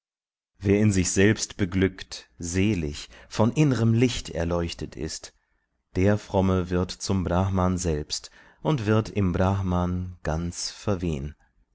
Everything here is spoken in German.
wer in sich selbst beglückt selig von innrem licht erleuchtet ist der fromme wird zum brahman selbst und wird im brahman ganz verwehn